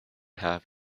have